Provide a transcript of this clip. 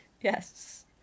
yes